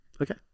Okay